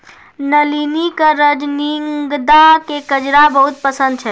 नलिनी कॅ रजनीगंधा के गजरा बहुत पसंद छै